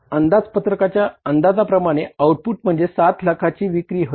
आपल्या अंदाजपत्रकाच्या अंदाजाप्रमाणे आउटपुट म्हणजे 7 लाखाची विक्री होय